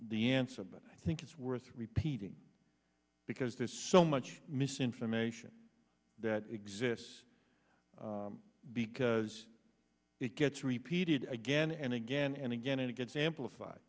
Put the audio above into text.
the answer but i think it's worth repeating because there's so much misinformation that exists because it gets repeated again and again and again it gets amplified